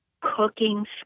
cooking